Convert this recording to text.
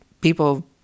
people